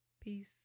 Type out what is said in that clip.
peace